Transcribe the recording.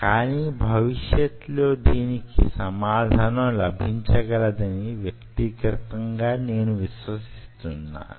కాని భవిష్యత్తులో దీనికి సమాధానం లభించగలదని వ్యక్తిగతంగా నేను విశ్వసిస్తున్నాను